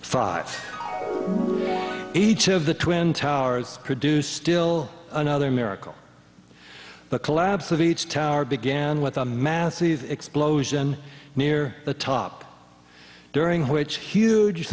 five each of the twin towers produce still another miracle but collapse of each tower began with a massive explosion near the top during which huge